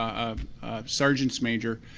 um sergeant's major,